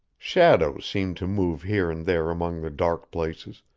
shadows seemed to move here and there among the dark places,